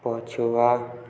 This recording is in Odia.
ପଛୁଆ